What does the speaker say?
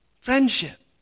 friendship